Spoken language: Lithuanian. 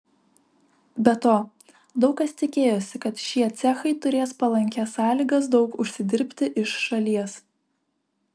be to daug kas tikėjosi kad šie cechai turės palankias sąlygas daug užsidirbti iš šalies